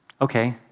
okay